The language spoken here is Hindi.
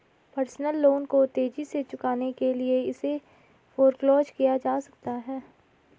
पर्सनल लोन को तेजी से चुकाने के लिए इसे फोरक्लोज किया जा सकता है